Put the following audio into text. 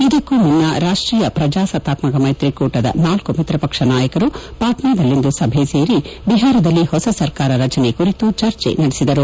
ಇದಕ್ಕೂ ಮುನ್ನ ರಾಷ್ಟೀಯ ಪ್ರಜಾಸತ್ತಾತ್ಮಕ ಮೈತ್ರಿಕೂಟಎನ್ಡಿಎದ ನಾಲ್ಕು ಮಿತ್ರಪಕ್ಷ ನಾಯಕರು ಪಾಟ್ನಾದಲ್ಲಿಂದು ಸಭೆ ಸೇರಿ ಬಿಹಾರದಲ್ಲಿ ಹೊಸ ಸರ್ಕಾರ ರಚನೆ ಕುರಿತು ಚರ್ಚೆನಡೆಸಿದರು